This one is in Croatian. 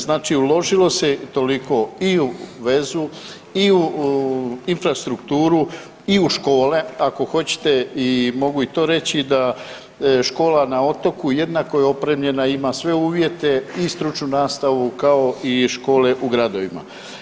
Znači uložilo se toliko i u vezu, i u infrastrukturu, i u škole ako hoćete i mogu i to reći da škola na otoku jednako je opremljena i ima sve uvjete i stručnu nastavu kao i škole u gradovima.